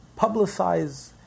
Publicize